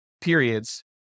periods